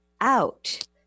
out